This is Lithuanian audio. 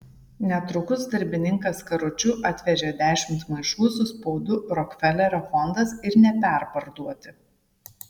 netrukus darbininkas karučiu atvežė dešimt maišų su spaudu rokfelerio fondas ir neperparduoti